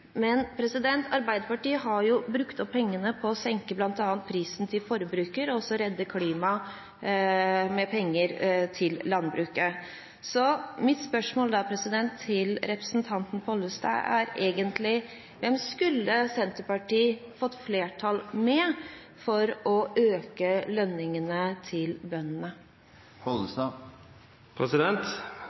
Men Arbeiderpartiet har brukt opp pengene på å senke bl.a. prisen til forbruker og å redde klima med penger til landbruket. Så mitt spørsmål til representanten Pollestad er egentlig: Hvem skulle Senterpartiet fått flertall med for å øke lønningene til